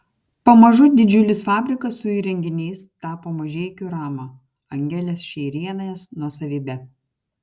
pamažu didžiulis fabrikas su įrenginiais tapo mažeikių rama angelės šeirienės nuosavybe